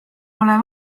pole